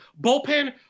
bullpen